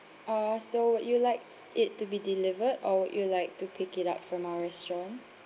uh so would you like it to be delivered or would you like to pick it up from our restaurant